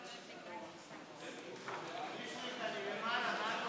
התש"ף 2020, לא נתקבלה.